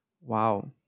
Wow